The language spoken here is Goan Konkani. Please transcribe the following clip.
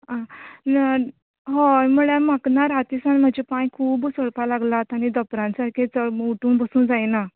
आह य हय म्हळ्यार म्हाका ना रातीसान म्हजे पाय खूब उसळपा लागलात आनी धोंपरा सारके चल उठूंक बसूंक जायना